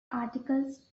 articles